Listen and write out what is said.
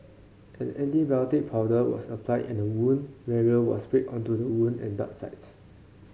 an antibiotic powder was applied and a wound barrier was sprayed onto the wound and dart sites